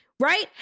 Right